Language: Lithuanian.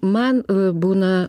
man būna